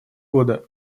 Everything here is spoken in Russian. года